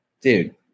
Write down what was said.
dude